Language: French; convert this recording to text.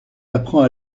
apprend